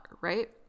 right